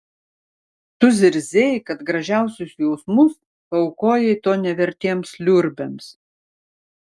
tu zirzei kad gražiausius jausmus paaukojai to nevertiems liurbiams